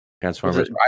transformers